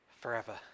forever